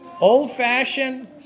old-fashioned